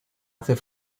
hace